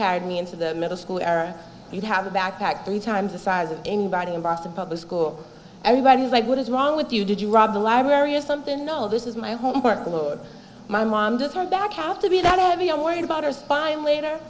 carried me into the middle school you have a backpack three times the size of anybody in boston public school everybody is like what is wrong with you did you rob the library or something no this was my homework load my mom took her back out to be that having i'm worried about her spine later